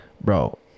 Bro